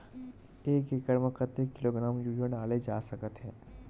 एक एकड़ म कतेक किलोग्राम यूरिया डाले जा सकत हे?